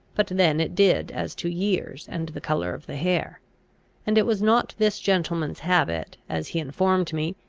but then it did as to years and the colour of the hair and it was not this gentleman's habit, as he informed me,